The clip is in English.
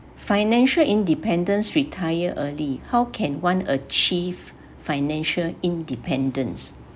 financial independence retire early how can one achieve financial independence